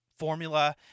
formula